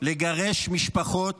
לגרש משפחות